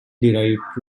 derived